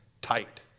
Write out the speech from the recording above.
tight